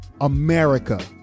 America